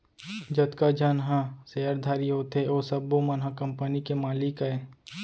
जतका झन ह सेयरधारी होथे ओ सब्बो मन ह कंपनी के मालिक अय